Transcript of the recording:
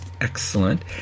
excellent